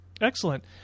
excellent